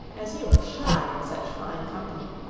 as he was shy in such fine company,